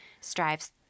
strives